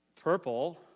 purple